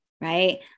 right